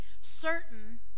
certain